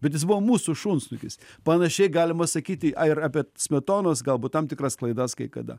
bet jis buvo mūsų šunsnukis panašiai galima sakyti ai ir apie smetonos galbūt tam tikras klaidas kai kada